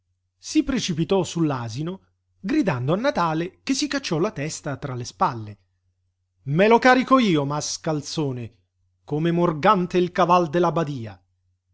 si precipitò su l'asino gridando a natale che si cacciò la testa tra le spalle me lo carico io mascalzone come morgante il caval de la badia